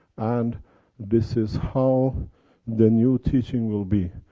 and this is how the new teaching will be.